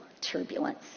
turbulence